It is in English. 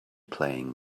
playing